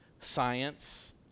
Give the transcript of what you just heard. science